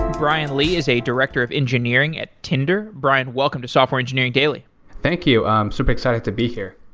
brian lee is a director of engineering at tinder. brian, welcome to software engineering daily thank you. i'm super excited to be here.